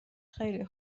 خیلی